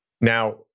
Now